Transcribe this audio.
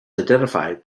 identified